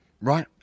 Right